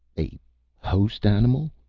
a host animal?